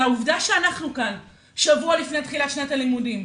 זה העובדה שאנחנו כאן שבוע לפני תחילת שנת הלימודים,